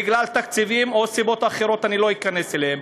בגלל תקציבים או סיבות אחרות שאני לא אכנס אליהן.